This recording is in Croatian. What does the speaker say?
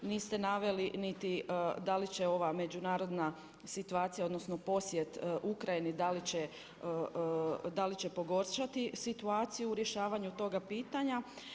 Niste naveli niti da li će ova međunarodna situacija, odnosno posjet Ukrajini da li će pogoršati situaciju u rješavanju toga pitanja.